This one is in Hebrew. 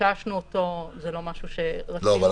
שביקשנו אותו, זה לא משהו שרצינו.